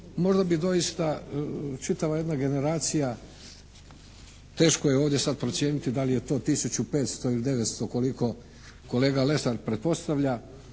možda bi doista čitava jedna generacija, teško je ovdje sad procijeniti da li je to 1500 ili 900 koliko kolega Lesar pretpostavlja